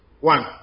one